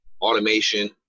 automation